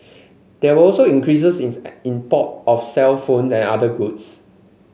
there were also increases in import of cellphone and other goods